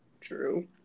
True